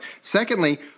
Secondly